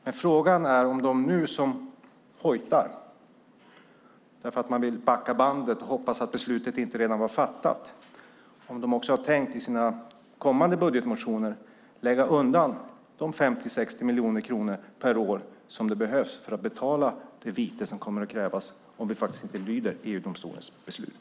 Men frågan är om de som nu hojtar, därför att man vill backa bandet och hoppas att beslutet inte redan var fattat, har tänkt att i sina kommande budgetmotioner lägga undan de 50-60 miljoner kronor per år som det behövs för att betala det vite som kommer att krävas om vi inte lyder EU-domstolens beslut.